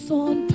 on